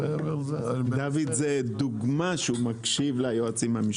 דוד, זו דוגמה שהוא מקשיב ליועצים המשפטיים.